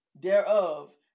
thereof